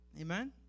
Amen